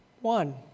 one